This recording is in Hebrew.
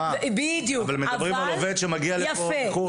אבל מדברים על עובד שמגיע לפה מחו"ל.